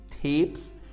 tapes